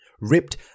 ripped